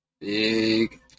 Big